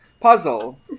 puzzle